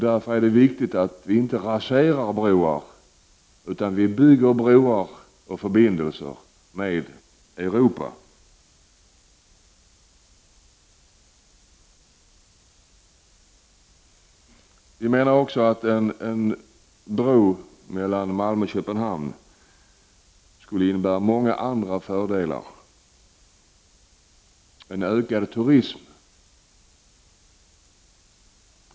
Därför är det viktigt att vi inte raserar broar utan bygger broar och förbindelser med Europa. Vi menar också att en bro mellan Malmö och Köpenhamn skulle innebära många andra fördelar, exempelvis en ökad turism.